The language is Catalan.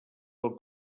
del